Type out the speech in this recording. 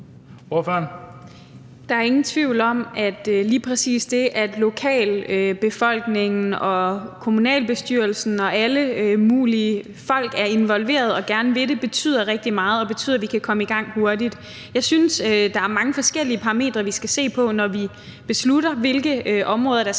om, at lige præcis det, at lokalbefolkningen, kommunalbestyrelsen og alle mulige folk er involveret og gerne vil det, betyder rigtig meget og betyder, at vi kan komme i gang hurtigt. Jeg synes, der er mange forskellige parametre, vi skal se på, når vi beslutter, hvilke områder der skal være